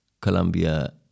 Colombia